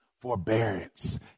forbearance